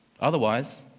Otherwise